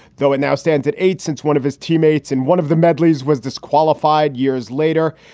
though it now stands at eight since one of his teammates and one of the medleys was disqualified years later.